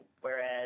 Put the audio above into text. Whereas